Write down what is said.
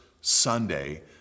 Sunday